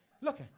Look